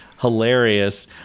hilarious